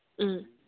ꯎꯝ